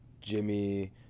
Jimmy